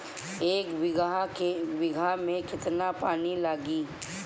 एक बिगहा में केतना पानी लागी?